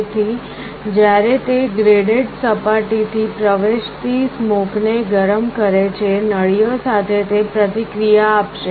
તેથી જ્યારે તે ગ્રેડેડ સપાટીથી પ્રવેશતી સ્મોકને ગરમ કરે છે નળીઓ સાથે તે પ્રતિક્રિયા આપશે